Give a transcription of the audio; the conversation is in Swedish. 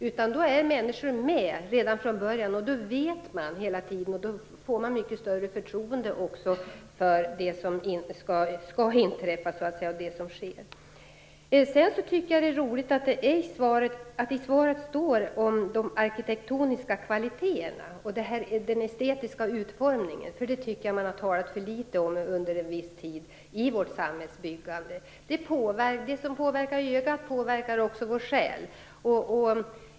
I stället är människor med redan från början och får större förtroende för det som sker. Det är roligt att de arkitektoniska kvaliteterna och den estetiska utformningen tas upp i svaret. Det har man under lång tid talat för litet om i vårt samhällsbyggande. Det som påverkar ögat påverkar också vår själ.